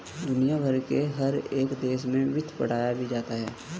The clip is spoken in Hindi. दुनिया भर के हर एक देश में वित्त पढ़ाया भी जाता है